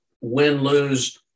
win-lose